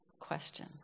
question